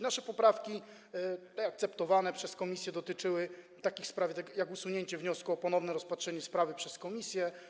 Nasze poprawki - te zaakceptowane przez komisję - dotyczyły np. usunięcia wniosku o ponowne rozpatrzenie sprawy przez komisję.